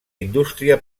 indústria